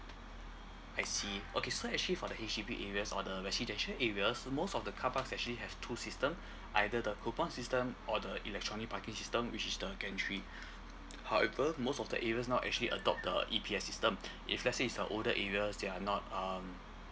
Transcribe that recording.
I see okay so actually for the H_D_B areas or the residential areas most of the car parks actually have two system either the coupon system or the electronic parking system which is the gantry however most of the areas now actually adopt the E_P_S system if let's say it's a older areas they're not um